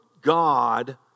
God